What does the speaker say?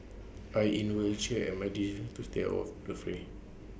I inwardly cheer at my decision to stay of the fray